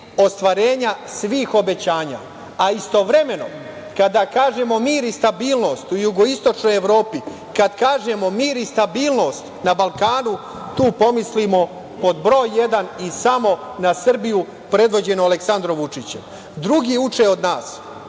ostvarenja svih obećanja. Istovremeno, kada kažemo mir i stabilnost u Jugoistočnoj Evropi, kada kažemo mir i stabilnost na Balkanu, tu pomislimo pod broj jedan i samo na Srbiju predvođenu Aleksandrom Vučićem. Drugi uče od